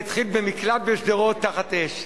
זה התחיל במקלט בשדרות תחת אש.